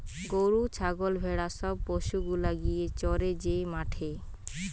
গরু ছাগল ভেড়া সব পশু গুলা গিয়ে চরে যে মাঠে